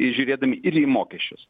žiūrėdami ir į mokesčius